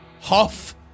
huff